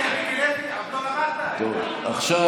עוד לא